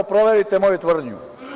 Proverite moju tvrdnju.